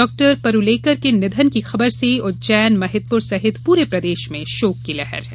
doctor Parulekar के निधन की खबर से उज्जैन महिदपुर सहित पूरे प्रदेश में शोक की लहर है